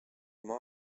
maa